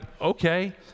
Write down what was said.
okay